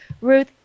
Ruth